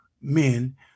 men